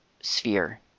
sphere